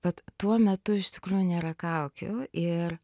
bet tuo metu iš tikrųjų nėra kaukių ir